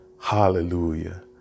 Hallelujah